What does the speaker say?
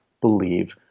believe